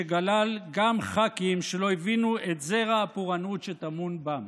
שכלל גם ח"כים שלא הבינו את זרע הפורענות שטמון בם.